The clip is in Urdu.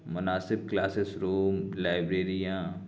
مناسب کلاسز روم لائبریریاں